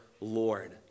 Lord